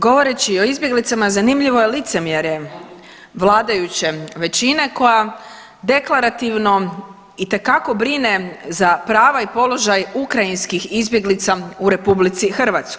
Govoreći o izbjeglicama zanimljivo je licemjerje vladajuće većine koja deklarativno itekako brine za prava i položaj ukrajinskih izbjeglica u RH.